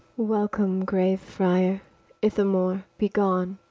welcome, grave friar ithamore, be gone.